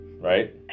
Right